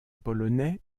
polonais